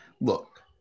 Look